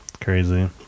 crazy